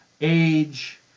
age